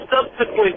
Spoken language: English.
subsequently